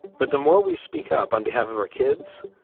but the more we speak up on behalf of our kids,